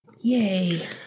Yay